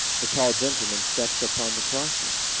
a tall gentleman stepped upon the crossing.